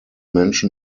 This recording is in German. menschen